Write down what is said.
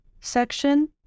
section